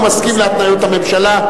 הוא מסכים להתניות הממשלה,